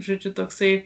žodžiu toksai